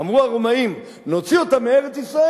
אמרו הרומאים: נוציא אותם מארץ-ישראל,